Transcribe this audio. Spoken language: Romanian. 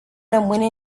rămâne